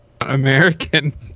American